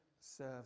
serve